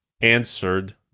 answered